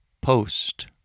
Post